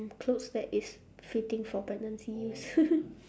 clothes that is fitting for pregnancy use